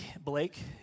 Blake